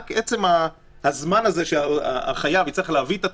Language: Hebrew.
בעצם הזמן הזה שהחייב יצטרך להביא את הטופס,